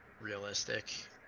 realistic